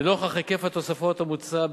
לנוכח היקף התוספות המוצע,